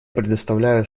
предоставляю